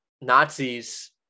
Nazis